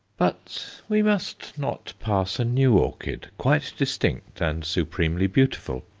but we must not pass a new orchid, quite distinct and supremely beautiful,